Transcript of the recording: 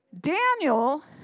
Daniel